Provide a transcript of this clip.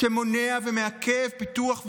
שמונע מעקב פיתוח ובינוי.